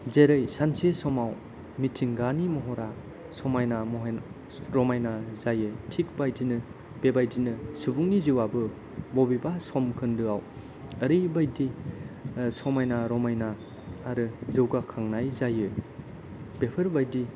जेरै सानसे समाव मिथिंगानि महरा समायना रमायना जायो थिग बेबायदिनो सुबुंनि जिउआबो बबेबा सम खोन्दोआव ओरैबायदि समायना रमायना आरो जौगाखांनाय जायो बेफोरबायदि